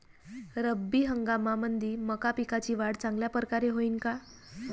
रब्बी हंगामामंदी मका पिकाची वाढ चांगल्या परकारे होईन का?